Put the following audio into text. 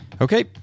Okay